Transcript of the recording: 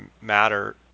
matter